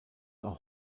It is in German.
auch